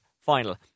final